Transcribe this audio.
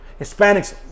hispanics